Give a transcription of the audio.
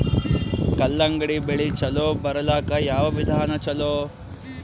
ಕಲ್ಲಂಗಡಿ ಬೆಳಿ ಚಲೋ ಬರಲಾಕ ಯಾವ ವಿಧಾನ ಚಲೋ?